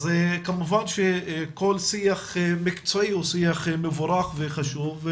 אז כמובן שכל שיח מקצועי הוא שיח מבורך וחשוב.